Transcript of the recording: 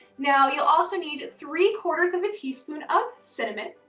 now you'll also need three quarters of a teaspoon of cinnamon,